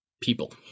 people